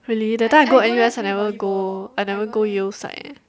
really that time I go N_U_S I never go I never go Yale side eh